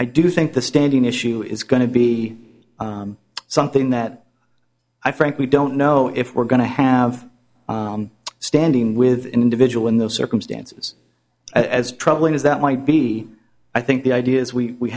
i do think the standing issue is going to be something that i frankly don't know if we're going to have standing with an individual in those circumstances as troubling as that might be i think the idea is we